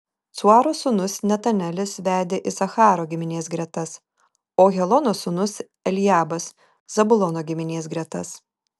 cuaro sūnus netanelis vedė isacharo giminės gretas o helono sūnus eliabas zabulono giminės gretas